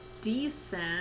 decent